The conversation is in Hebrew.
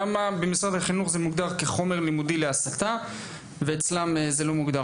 למה זה מוגדר במשרד החינוך כחומר לימודי להסתה ואצלם זה לא מוגדר